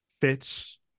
fits